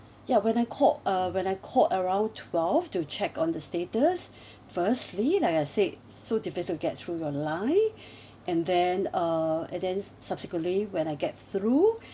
ya when I called uh when I called around twelve to check on the status firstly like I said so difficult to get through your line and then uh and then subsequently when I get through